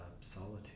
solitude